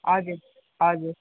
हजुर हजुर